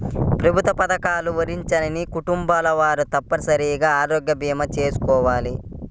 ప్రభుత్వ పథకాలు వర్తించని కుటుంబాల వారు తప్పనిసరిగా ఆరోగ్య భీమా చేయించుకోవాలి